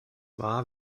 war